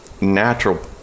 natural